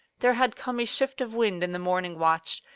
there had come a shift of wind in the morning watch,